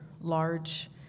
large